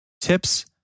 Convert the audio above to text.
tips